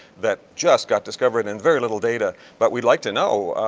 that just got discovered and very little data, but we'd like to know.